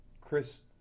Chris